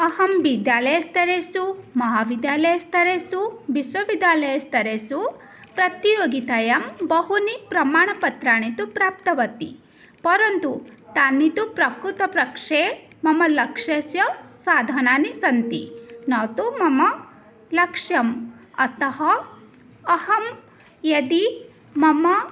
अहं विद्यालयस्तरेषु महाविद्यालयस्तरेषु विश्वविद्यालयस्तरेषु प्रतियोगितायां बहूनि प्रमाणपत्राणि तु प्राप्तवती परन्तु तानि तु प्रकृतपक्षे मम लक्षस्य साधनानि सन्ति न तु मम लक्ष्यम् अतः अहं यदि मम